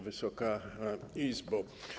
Wysoka Izbo!